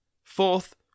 Fourth